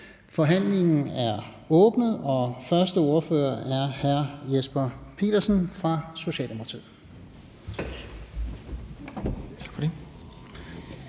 Forhandlingen er åbnet. Første ordfører er hr. Jesper Petersen fra Socialdemokratiet.